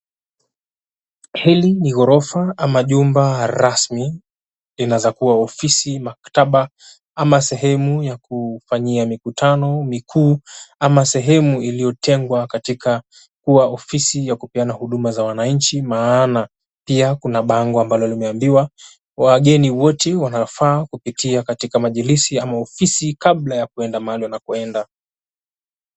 Hili ni ghorofa ama jumba rasmi linaweza kuwa ofisi, maktaba ama sehemu ya kufanyia mikutano mikuu ama sehemu iliyotengwa katika kuwa ofisi ya kupeana huduma za wananchi maana pia kuna bango ambalo limeambiwa wageni wote wanafaa kupitia katika majilisi ama ofisi kabla ya kwenda mahali wanakokwenda.